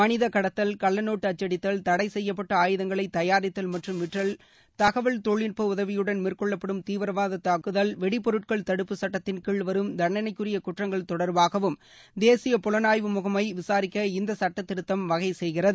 மனித கடத்தல் கள்ளநோட்டு அச்சடித்தல் தடை செய்யப்பட்ட ஆயுதங்களை தயாரித்தல் மற்றும் விற்றல் தகவல் தொழில்நுட்ப உதவியுடன் மேற்கொள்ளப்படும் தீவிரவாத தாக்குதல் வெடிபொருட்கள் தடுப்பு சட்டத்தின்கீழ் வரும் தண்டனைக்குரிய குற்றங்கள் தொடர்பாகவும் தேசிய புலனாய்வு முகமை விசாரிக்க இந்த சட்டத்திருத்தம் வகை செய்கிறது